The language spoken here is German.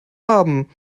haben